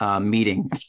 Meeting